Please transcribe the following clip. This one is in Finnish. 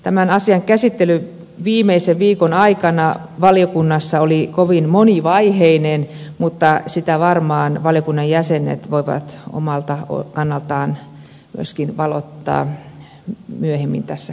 tämän asian käsittely viimeisen viikon aikana valiokunnassa oli kovin monivaiheinen mutta sitä varmaan valiokunnan jäsenet voivat omalta kannaltaan myöskin valottaa myöhemmin tässä keskustelussa